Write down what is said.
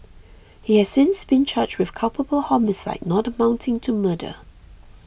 he has since been charged with culpable homicide not amounting to murder